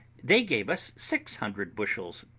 they gave us six hundred bushels,